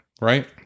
Right